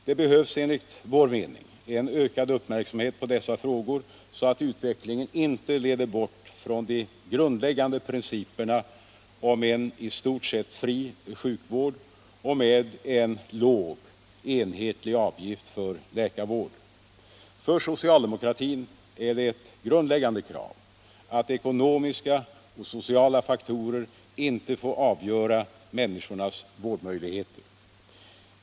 Det behövs enligt vår mening en ökad uppmärksamhet på dessa frågor så att utvecklingen inte leder bort från de grundläggande principerna om en i stort sett fri sjukvård och med en låg enhetlig avgift för läkarvård. För socialdemokratin är det ett grundläggande krav att ekonomiska och sociala faktorer inte får avgöra människornas vårdmöjligheter.